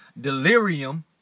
delirium